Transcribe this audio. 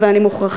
אבל אני מוכרחה